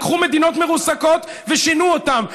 לקחו מדינות מרוסקות ושינו אותן.